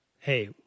hey